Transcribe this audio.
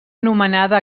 anomenada